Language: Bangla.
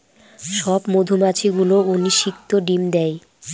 সব মধুমাছি গুলো অনিষিক্ত ডিম দেয়